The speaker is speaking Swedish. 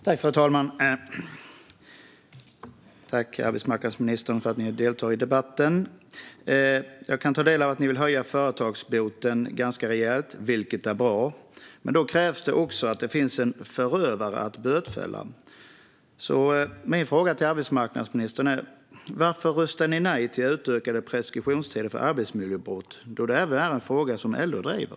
Fru talman! Tack, arbetsmarknadsministern, för att du deltar i debatten! Det är bra att ni vill höja företagsboten ganska rejält. Men då krävs det också att det finns en förövare att bötfälla. Min fråga till arbetsmarknadsministern är: Varför röstade ni nej till utökade preskriptionstider för arbetsmiljöbrott? Det är en fråga som även LO driver.